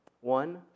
One